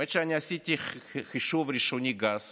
האמת היא שעשיתי חישוב ראשוני גס